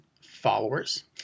followers